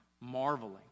marveling